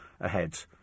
ahead